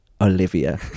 Olivia